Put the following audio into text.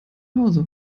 hause